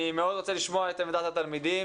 אני מאוד רוצה לשמוע את עמדת התלמידים.